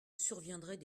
surviendraient